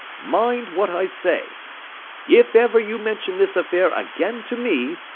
mind what i say if ever you mention this affair again to me,